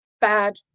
bad